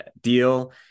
deal